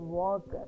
walk